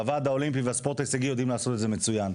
והוועד האולימפי והספורט ההישגי יודעים לעשות את זה מצוין.